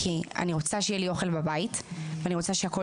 כי אני רוצה שיהיה לי אוכל בבית ואני רוצה שהכול